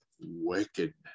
wickedness